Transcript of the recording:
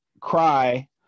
cry